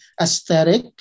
aesthetic